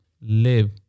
live